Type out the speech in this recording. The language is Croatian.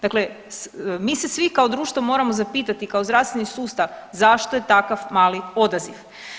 Dakle mi se svi kao društvo moramo zapitati kao zdravstveni sustav zašto je takav mali odaziv?